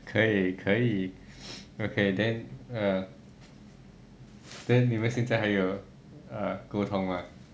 可以可以 okay then uh then 你们现在还有 err 沟通吗